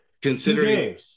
Considering